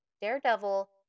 Daredevil